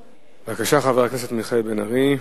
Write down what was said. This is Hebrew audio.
בבקשה, חבר הכנסת מיכאל בן-ארי,